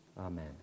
Amen